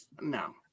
No